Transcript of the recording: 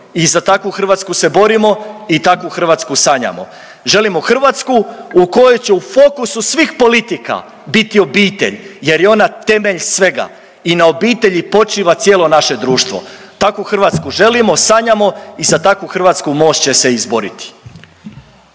i za takvu Hrvatsku se borimo i takvu Hrvatsku sanjamo. Želimo Hrvatsku u kojoj će u fokusu svih politika biti obitelj jer je ona temelj svega i na obitelji počiva cijelo naše društvo. Takvu Hrvatsku želimo, sanjamo i za takvu Hrvatsku Most će se izboriti.